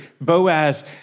Boaz